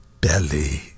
belly